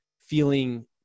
feeling